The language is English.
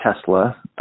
Tesla